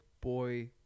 Boy